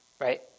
Right